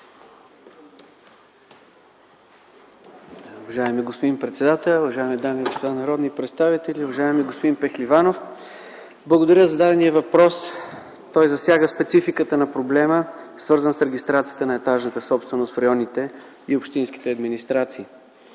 Уважаеми господин председател, уважаеми дами и господа народни представители, уважаеми господин Пехливанов! Благодаря за зададения въпрос. Той засяга спецификата на проблема, свързан с регистрацията на етажната собственост в районните и общинските администрации.